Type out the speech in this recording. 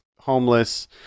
homeless